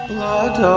Blood